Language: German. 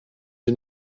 sie